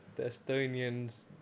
Estonians